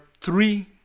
three